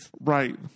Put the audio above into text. Right